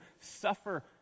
suffer